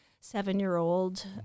seven-year-old